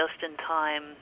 just-in-time